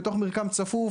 בתוך מרקם צפוף,